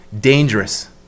dangerous